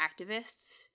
activists